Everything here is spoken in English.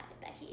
Becky